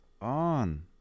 on